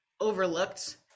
overlooked